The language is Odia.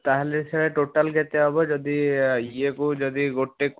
ତା'ହେଲେ ସାର୍ ଟୋଟାଲ୍ କେତେ ହେବ ଯଦି ଇଏକୁ ଯଦି ଗୋଟେକୁ